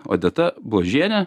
odeta bložienė